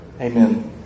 amen